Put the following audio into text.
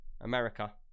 America